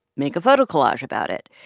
make a photo collage about it.